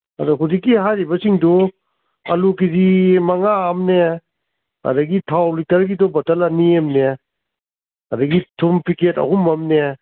ꯑꯗꯣ ꯍꯧꯖꯤꯛꯀꯤ ꯍꯥꯏꯔꯤꯕꯁꯤꯡꯗꯨ ꯑꯂꯨ ꯀꯦ ꯖꯤ ꯃꯉꯥ ꯑꯃꯅꯦ ꯑꯗꯨꯗꯒꯤ ꯊꯥꯎ ꯂꯤꯇꯔꯒꯤꯗꯣ ꯕꯇꯜ ꯑꯅꯤꯑꯃꯅꯦ ꯑꯗꯨꯗꯒꯤ ꯊꯨꯝ ꯄꯦꯀꯦꯠ ꯑꯍꯨꯝ ꯑꯝꯅꯦ